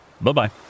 Bye-bye